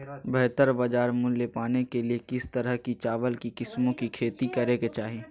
बेहतर बाजार मूल्य पाने के लिए किस तरह की चावल की किस्मों की खेती करे के चाहि?